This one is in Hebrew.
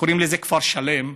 שקוראים לזה כפר שלם,